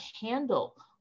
handle